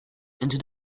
into